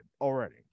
already